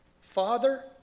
Father